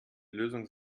lösung